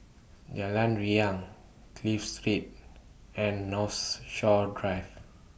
Jalan Riang Clive Street and Northshore Drive